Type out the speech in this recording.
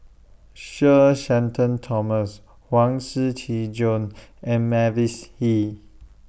Sir Shenton Thomas Huang Shiqi Joan and Mavis Hee